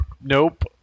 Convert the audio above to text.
nope